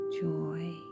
Joy